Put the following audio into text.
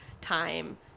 time